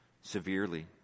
severely